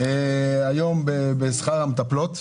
בשכר המטפלות.